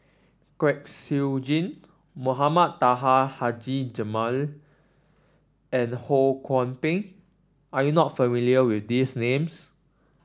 Kwek Siew Jin Mohamed Taha Haji Jamil and Ho Kwon Ping are you not familiar with these names